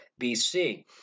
BC